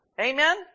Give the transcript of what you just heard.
Amen